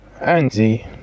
Andy